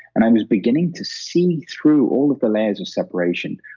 and i was beginning to see through all of the layers of separation,